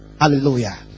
Hallelujah